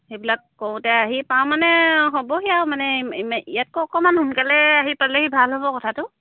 সেইবিলাক কৰোতে আহি পাওঁ মানে হ'বহি আৰু মানে মে ইয়াতকৈ অকণমান সোনকালে আহি পালেহি ভাল হ'ব কথাটো